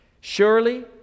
Surely